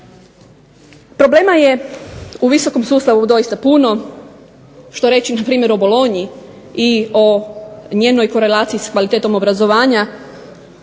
Problema je u visokom sustavu zaista puno, što reći na primjer o Bolonji i o njenoj korelaciji sa kvalitetom obrazovanja,